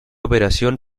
operación